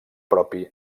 propi